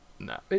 No